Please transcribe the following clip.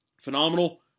phenomenal